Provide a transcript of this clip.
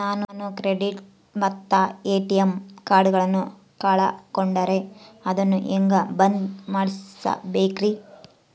ನಾನು ಕ್ರೆಡಿಟ್ ಮತ್ತ ಎ.ಟಿ.ಎಂ ಕಾರ್ಡಗಳನ್ನು ಕಳಕೊಂಡರೆ ಅದನ್ನು ಹೆಂಗೆ ಬಂದ್ ಮಾಡಿಸಬೇಕ್ರಿ?